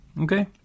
okay